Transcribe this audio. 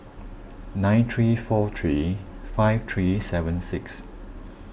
nine three four three five three seven six